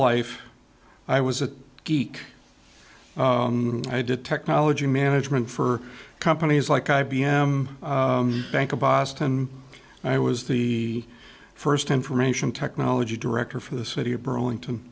life i was a geek i did technology management for companies like i b m bank of boston i was the first information technology director for the city of burlington